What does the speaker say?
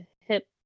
hip